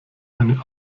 eine